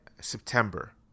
September